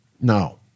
No